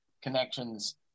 connections